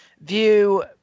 view